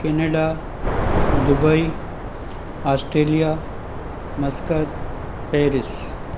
Canada Dubai Australia Muscat Paris